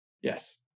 Yes